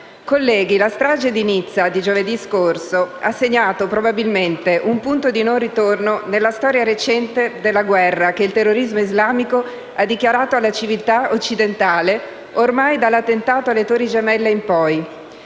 guerra». La strage di Nizza di giovedì scorso ha segnato probabilmente un punto di non ritorno nella storia recente della guerra che il terrorismo islamico ha dichiarato alla civiltà occidentale, ormai dall'attentato alle Torri gemelle in poi.